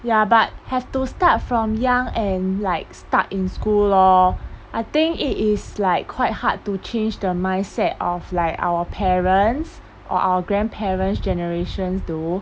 ya but have to start from young and like start in school lor I think it is like quite hard to change their mindset of like our parents or our grandparents' generations though